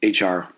HR